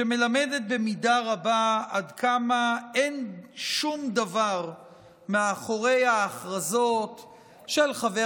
שמלמדת במידה רבה עד כמה אין שום דבר מאחורי ההכרזות של חבר